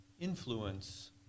influence